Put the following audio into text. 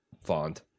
font